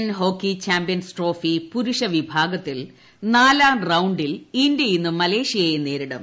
Asian hockey champions trophy പുരുഷ വിഭാഗത്തിൽ നാലാം റൌണ്ടിൽ ഇന്ത്യ ഇന്ന് മലേഷ്യയെ നേരിടും